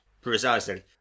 precisely